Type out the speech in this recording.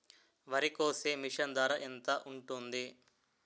వరి కోసే మిషన్ ధర ఎంత ఉంటుంది?